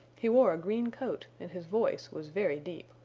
he wore a green coat and his voice was very deep.